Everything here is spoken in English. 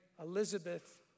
Elizabeth